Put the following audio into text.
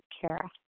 Kara